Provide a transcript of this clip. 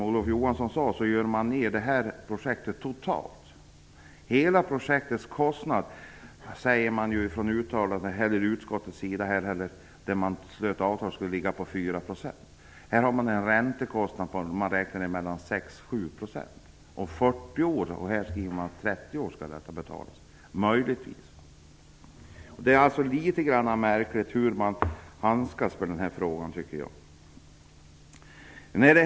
De gör ned projektet totalt, som Olof Johansson sade. När avtalet slöts beräknades räntekostnaden för hela projektet till 4 %, men revisorerna talar om 6-7 %. I utskottsbetänkandet står det att kostnaderna skall vara betalda på 30 år, men här talas det om 40 år. Man handskas alltså med den här frågan på ett märkligt sätt.